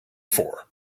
for